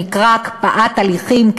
שנקרא הקפאת הליכים,